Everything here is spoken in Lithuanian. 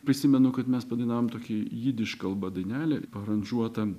prisimenu kad mes padainavome tokį jidiš kalba dainelę aranžuotą